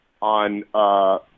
on